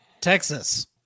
Texas